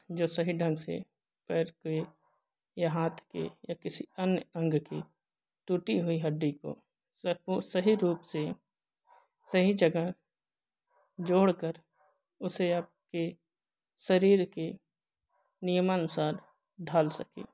जो सही ढंग से पैर के या हाथ के या किसी अन्य अंग की टूटी हुई हड्डी को सबको सही रूप से सही जगह जोड़ कर उसे आपके सहरीर के नियानुसार ढाल सकें